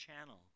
channel